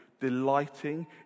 delighting